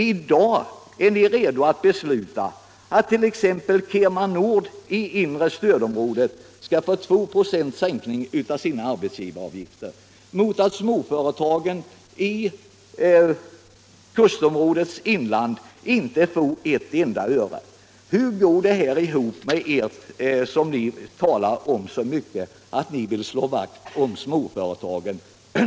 I dag är ni redo att besluta att t.ex. KemaNord i inre stödområdet skall få 2 96 sänkning av sina arbetsgivaravgifter, medan småföretagen i kustområdets inland inte får ett enda öres sänkning. Hur går det ihop med allt ert tal om att ni vill slå vakt om småföretagen?